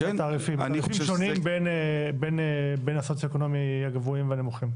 יש תעריפים שונים בין הסוציו-אקונומי הגבוה לנמוך.